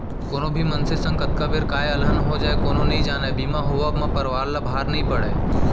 कोनो भी मनसे संग कतका बेर काय अलहन हो जाय कोनो नइ जानय बीमा होवब म परवार ल भार नइ पड़य